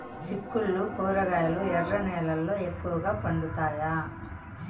చిక్కుళ్లు కూరగాయలు ఎర్ర నేలల్లో ఎక్కువగా పండుతాయా